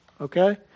Okay